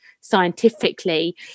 scientifically